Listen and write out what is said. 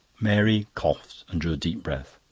mary coughed and drew a deep breath.